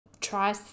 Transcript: try